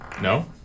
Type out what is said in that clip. No